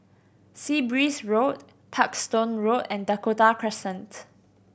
Sea Breeze Road Parkstone Road and Dakota Crescent